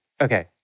Okay